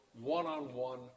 one-on-one